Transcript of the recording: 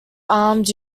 armed